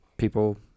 People